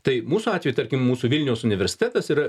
tai mūsų atveju tarkim mūsų vilniaus universitetas yra